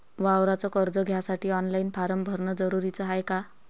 वावराच कर्ज घ्यासाठी ऑनलाईन फारम भरन जरुरीच हाय का?